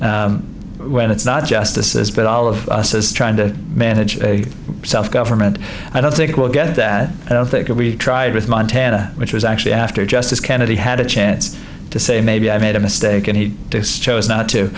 in when it's not just this is but all of us is trying to manage self government i don't think it will get that i don't think that we tried with montana which was actually after justice kennedy had a chance to say maybe i made a mistake and he chose not to